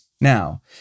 Now